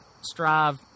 strive